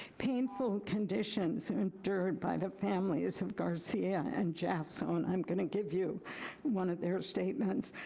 painful conditions endured by the families of garcia and jason. i'm gonna give you one of their statements,